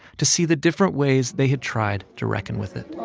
to see the different ways they had tried to reckon with it